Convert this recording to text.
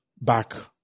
back